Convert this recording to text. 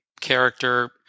character